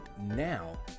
now